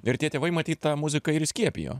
ir tie tėvai matyt tą muziką ir įskiepijo